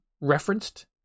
referenced